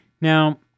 Now